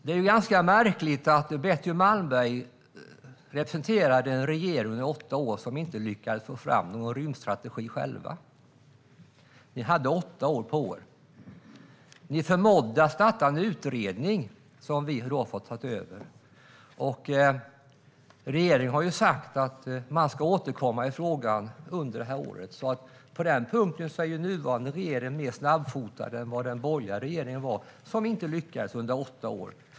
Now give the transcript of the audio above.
Det är ganska märkligt att Betty Malmberg under åtta år representerade en regering som inte själv lyckades få fram någon rymdstrategi. Ni hade åtta år på er. Ni förmådde att starta en utredning som vi har fått ta över. Regeringen har sagt att man ska återkomma i frågan under detta år, så på den punkten är ju den nuvarande regeringen mer snabbfotad än den borgerliga regeringen, som inte lyckades under åtta år.